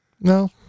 No